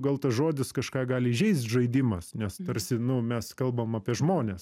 gal tas žodis kažką gali įžeist žaidimas nes tarsi nu mes kalbam apie žmones